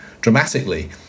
dramatically